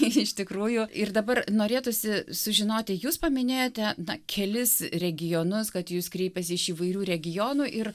iš tikrųjų ir dabar norėtųsi sužinoti jūs paminėjote na kelis regionus kad į jus kreipias iš įvairių regionų ir